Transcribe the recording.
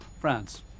France